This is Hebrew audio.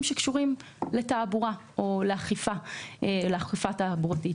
שקשורים לתעבורה או לאכיפה תעבורתית.